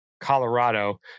Colorado